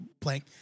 playing